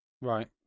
Right